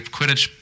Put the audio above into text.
Quidditch